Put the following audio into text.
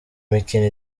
mikino